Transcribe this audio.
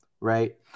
right